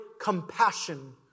compassion